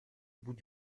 bout